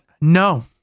No